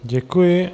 Děkuji.